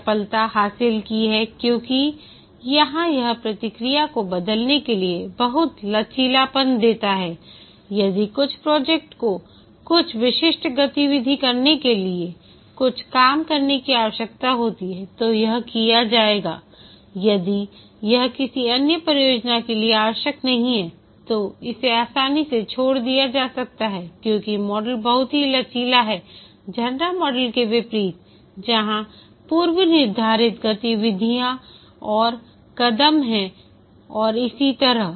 चपलता हासिल की है क्योंकि यहाँ यह प्रक्रिया को बदलने के लिए बहुत लचीलापन देता है यदि कुछ प्रोजेक्ट को कुछ विशिष्ट गतिविधि करने के लिए कुछ काम करने की आवश्यकता होती है तो यह किया जाएगा यदि यह किसी अन्य परियोजना के लिए आवश्यक नहीं है तो इसे आसानी से छोड़ दिया जा सकता है क्योंकि मॉडल बहुत ही लचीला है झरना मॉडल के विपरीत जहां पूर्वनिर्धारित गतिविधियां और कदम हैं और इसी तरह